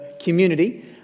community